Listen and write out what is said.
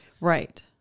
Right